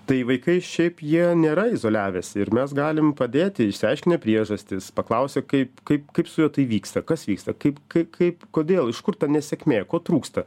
tai vaikai šiaip jie nėra izoliavęsi ir mes galime padėti išsiaiškinę priežastis paklausę kaip kaip kaip su juo tai vyksta kas vyksta kaip kaip kaip kodėl iš kur ta nesėkmė ko trūksta